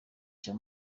cya